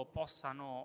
possano